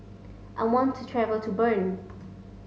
I want to travel to Bern